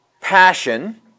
Passion